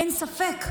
אין ספק.